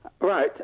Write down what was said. Right